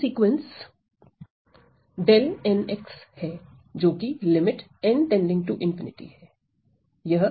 यह सीक्वेंस हे जोकि लिमिट n टेडिंग टू ∞ है